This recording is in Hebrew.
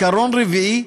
עיקרון רביעי,